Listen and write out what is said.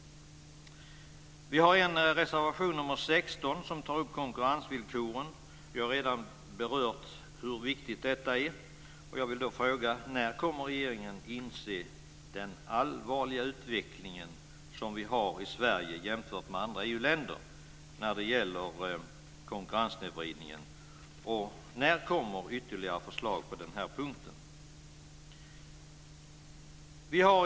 I reservation nr 16 tar vi upp konkurrensvillkoren. Jag har redan berört hur viktigt detta är, och jag vill fråga: När kommer regeringen att inse hur allvarlig den utveckling som vi har i Sverige är jämfört med andra EU-länder när det gäller konkurrenssnedvridningen? När kommer ytterligare förslag på denna punkt?